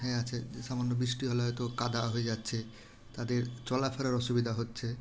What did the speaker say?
হ্যাঁ আছে যে সামান্য বৃষ্টি হলে হয়তো কাদা হয়ে যাচ্ছে তাদের চলা ফেরার অসুবিধা হচ্ছে